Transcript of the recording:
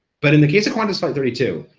but in the case of qantas flight thirty two,